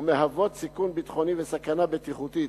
ומהוות סיכון ביטחוני וסכנה בטיחותית.